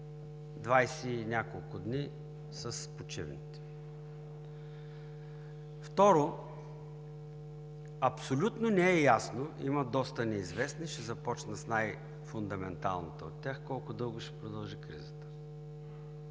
20 и няколко дни с почивните. Второ, абсолютно не е ясно, има доста неизвестни, ще започна с най-фундаменталната от тях – колко дълго ще продължи кризата.